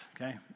okay